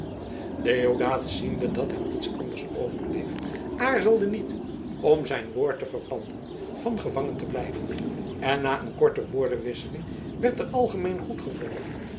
deodaat ziende dat hem niets anders overbleef aarzelde niet om zijn woord te verpanden van gevangen te blijven en na een korte woordenwisseling werd er algemeen